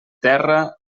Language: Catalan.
terra